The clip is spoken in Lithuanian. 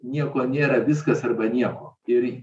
nieko nėra viskas arba nieko ir